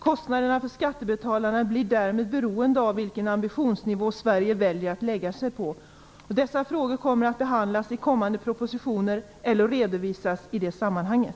Kostnaderna för skattebetalarna blir därmed beroende av vilken ambitionsnivå Sverige väljer att lägga sig på. Dessa frågor kommer att behandlas i kommande propositioner eller redovisas i det sammanhanget.